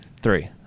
Three